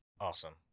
Awesome